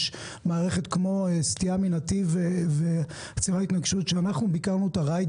יש מערכת כמו סטייה מנתיב והתרעת התנגשות שאנחנו ביקרנו אצלה,